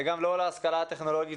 וגם לא להשכלה הטכנולוגית.